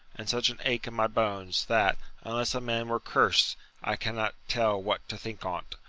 and such an ache in my bones that unless a man were curs'd i cannot tell what to think on't.